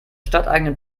stadteigenen